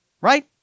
right